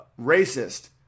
racist